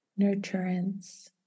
nurturance